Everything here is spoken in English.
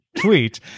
tweet